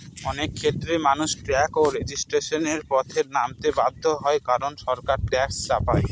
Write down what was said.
অনেক ক্ষেত্রেই মানুষ ট্যাক্স রেজিস্ট্যান্সের পথে নামতে বাধ্য হয় কারন সরকার ট্যাক্স চাপায়